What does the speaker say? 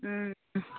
ꯎꯝ